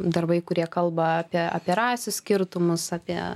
darbai kurie kalba apie apie rasių skirtumus apie